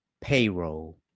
payroll